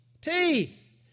Teeth